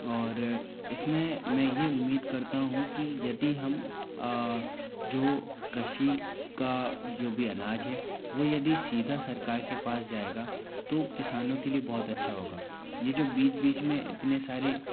और इस में मैं यह उम्मीद करता हूँ कि यदि हम जो कृषि का जो भी अनाज है वो यदि सीधा सरकार के पास जाएगा तो किसानों के लिए बहुत अच्छा होगा ये जो बीच बीच में इतने सारे